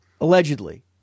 Allegedly